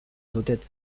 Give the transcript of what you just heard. toothed